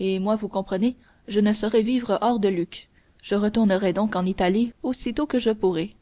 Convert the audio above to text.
et moi vous comprenez je ne saurais vivre hors de lucques je retournerai donc en italie aussitôt que je pourrai